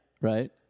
right